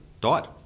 died